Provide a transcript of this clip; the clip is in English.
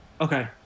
Okay